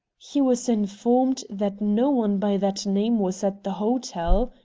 he was informed that no one by that name was at the hotel.